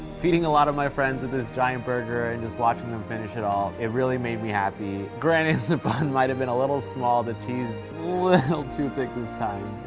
feeding a lot of my friends with this giant burger, and just watching them finish it all, it really made me happy. granted the bun might have been a little small. the cheese a little too think this time,